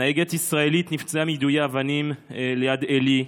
נהגת ישראלית נפצעה מיידוי אבנים ליד עלי,